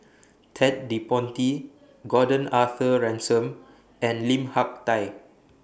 Ted De Ponti Gordon Arthur Ransome and Lim Hak Tai